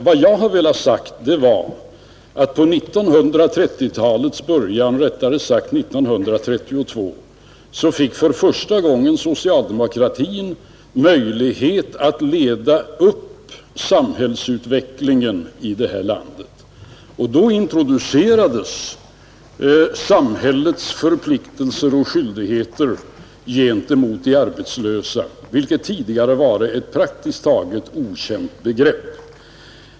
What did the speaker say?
Vad jag har velat säga är att 1932 fick socialdemokratin för första gången möjlighet att leda samhällsutvecklingen i det här landet, och då introducerades samhällets förpliktelser och skyldigheter gentemot de arbetslösa, vilket tidigare varit ett praktiskt taget okänt begrepp.